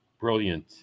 Brilliant